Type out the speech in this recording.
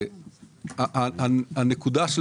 הנקודה של